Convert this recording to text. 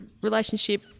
relationship